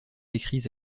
décrits